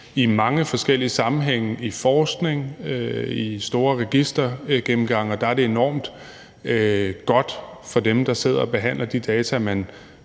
i mange forskellige sammenhænge, herunder i forskningen og ved store registergennemgange. Der er det enormt godt for dem, der sidder og behandler de data, at